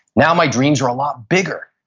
now my dreams are a lot bigger.